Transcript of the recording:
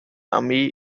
armee